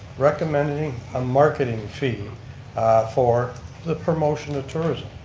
recommending a marketing fee for the promotion of tourism.